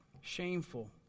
shameful